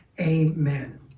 Amen